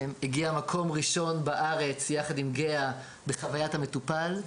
הגיע למקום הראשון בארץ יחד עם גהה בחוויית המטופל,